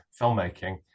filmmaking